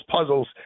puzzles